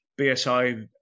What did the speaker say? BSI